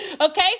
Okay